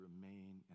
remain